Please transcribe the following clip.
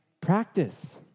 practice